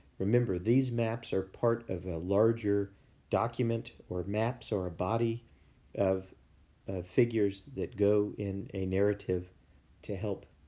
remember these maps are part of a larger document. or maps, or a body of ah figures that go in a narrative to help